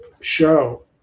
show